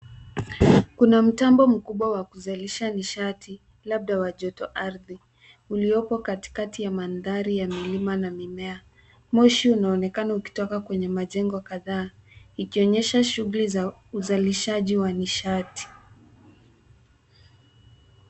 Kuna mtambo mkubwa wa kuzalisha nishati, labda wa joto ardhi, uliopo katikati ya mandhari ya milima na mimea. Moshi unaonekana ukitoka kwenye majengo kadhaa, ikionyesha shughuli za uzalishaji wa nishati.